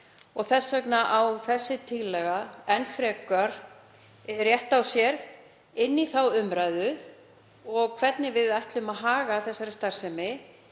Þess vegna á þessi tillaga enn frekar rétt á sér inn í þá umræðu og hvernig við ætlum að haga þeirri starfsemi.